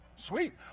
Sweet